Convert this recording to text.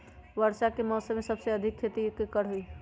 वर्षा के मौसम में सबसे अधिक खेती केकर होई?